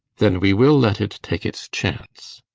then we will let it take its chance?